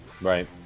Right